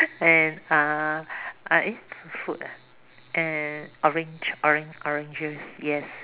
and uh eh food ah and orange orange orange juice yes